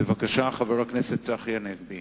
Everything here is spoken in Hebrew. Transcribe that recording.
בבקשה, חבר הכנסת צחי הנגבי.